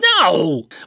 No